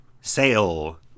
Sale